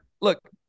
look